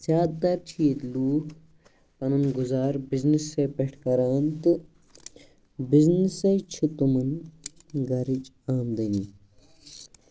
زیادٕ تر چھِ ییٚتہِ لُکھ پَنُن گُزارٕ بِزنٮ۪سٕے پٮ۪ٹھ کران تہٕ بِزنٮ۪سٕے چھُ تِمَن گَرِچ آمدٔنی